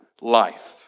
life